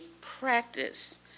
practice